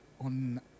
on